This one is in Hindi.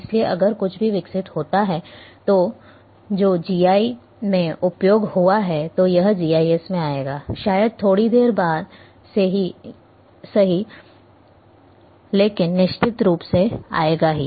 इसलिए अगर कुछ भी विकसित होता है जो GI में उपयोग हुआ है तो यह जीआईएस में आएगा शायद थोड़ी देर बाद ही सही लेकिन निश्चित रूप से आएगा ही